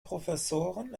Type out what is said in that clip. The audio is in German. professoren